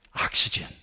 Oxygen